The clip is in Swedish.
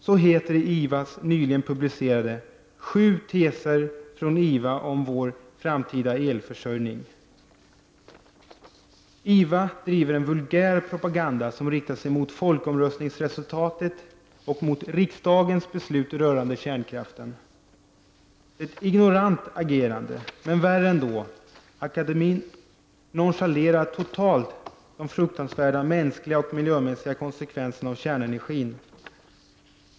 Så heter det i IVAs nyligen publicerade ”Sju teser från IVA om vår framtida elförsörjning”. IVA driver en vulgärpropaganda som riktar sig mot folkomröstningsresultatet och mot riksdagens beslut rörande kärnkraften. Det är ett ignorant agerande, men värre ändå: Akademien nonchalerar totalt de fruktansvärda mänskliga och miljömässiga konsekvenserna av kärnenergin.